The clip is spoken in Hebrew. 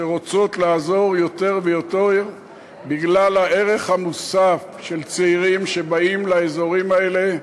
שרוצות לעזור יותר ויותר בגלל הערך המוסף של צעירים שבאים לאזורים האלה,